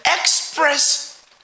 express